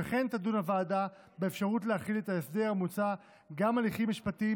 וכן תדון הוועדה באפשרות להחיל את ההסדר המוצע גם על הליכים משפטיים